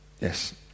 yes